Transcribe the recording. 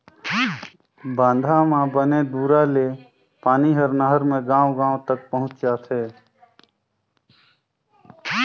बांधा म बने दूरा ले पानी हर नहर मे गांव गांव तक पहुंचथे